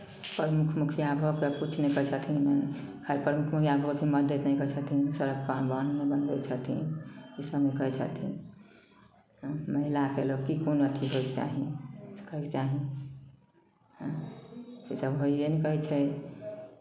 प्रमुख मुखिया भऽ कऽ किछु नहि करै छथिन खायपर मङ्गिया भोट मदति नहि करै छथिन सड़क आन बान नहि बनबै छथिन इसभमे खाइ छथिन महिलाके लोक की कोनो अथि होयके चाही करयके चाही इसभ होइए नहि की कहै छै